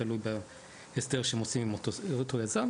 תלוי בהסדר שהם עושים עם אותו יזם,